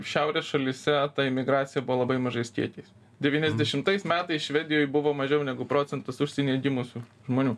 šiaurės šalyse imigracija buvo labai mažais kiekiais devyniasdešimtais metais švedijoj buvo mažiau negu procentus užsienyje gimusių žmonių